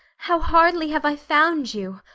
how hardly have i found you,